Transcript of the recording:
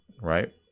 Right